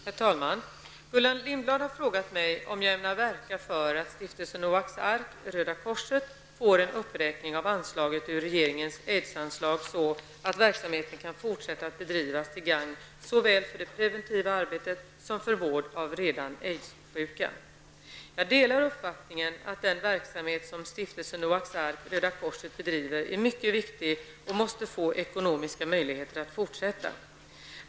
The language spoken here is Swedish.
Herr talman! Gullan Lindblad har frågat mig om jag ämnar verka för att stiftelsen Noaks ark Röda korset bedriver är mycket viktig och måste få ekonomiska möjligheter att fortsätta.